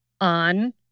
on